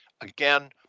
again